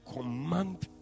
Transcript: command